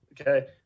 Okay